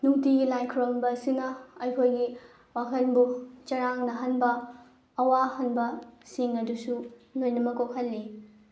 ꯅꯨꯡꯇꯤꯒꯤ ꯂꯥꯏ ꯈꯣꯏꯔꯝꯕ ꯑꯁꯤꯅ ꯑꯩꯈꯣꯏꯒꯤ ꯋꯥꯈꯜꯕꯨ ꯆꯔꯥꯡꯅꯍꯟꯕ ꯑꯋꯥꯍꯟꯕꯁꯤꯡ ꯑꯗꯨꯁꯨ ꯂꯣꯏꯅꯃꯛ ꯀꯣꯛꯍꯟꯂꯤ